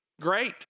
Great